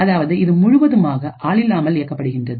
அதாவது இது முழுவதுமாக ஆளில்லாமல் இயக்கப்படுகின்றது